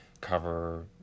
cover